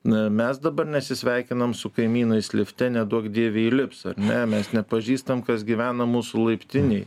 na mes dabar nesisveikinam su kaimynais lifte neduok dieve įlips ar ne mes nepažįstam kas gyvena mūsų laiptinėj